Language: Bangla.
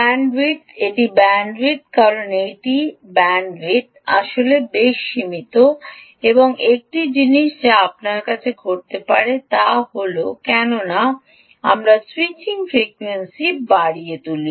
ব্যান্ডউইথ এটি ব্যান্ডউইথ কারণ এটি ব্যান্ডউইথ আসলে বেশ সীমিত এবং একটি জিনিস যা আপনার কাছে ঘটতে পারে তা হল কেন না আমরা স্যুইচিং ফ্রিকোয়েন্সি বাড়িয়ে তুলি